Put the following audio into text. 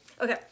okay